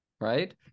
Right